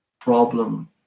problem